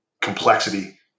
complexity